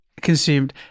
consumed